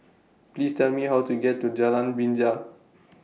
Please Tell Me How to get to Jalan Binja